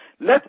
Let